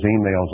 emails